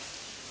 Hvala.